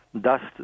dust